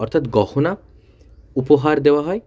অর্থাৎ গহনা উপহার দেওয়া হয়